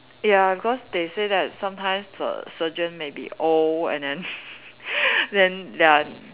ya because they say that sometimes the surgeon may be old and then then they are